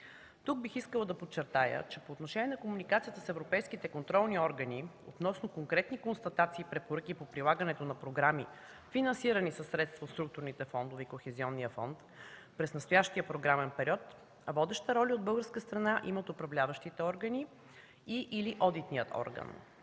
Тук бих искала да подчертая, че по отношение на комуникацията с европейските контролни органи относно конкретни констатации и препоръки по прилагането на програми, финансирани със средства от структурните фондове и Кохезионния фонд, през настоящия програмен период водеща роля от българска страна имат управляващите органи и/или одитният орган.